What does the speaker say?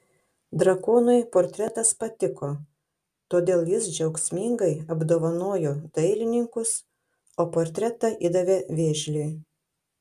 drakonui portretas patiko todėl jis džiaugsmingai apdovanojo dailininkus o portretą įdavė vėžliui